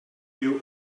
you